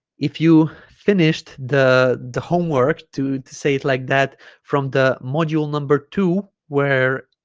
if you finished the the homework to say it like that from the module number two where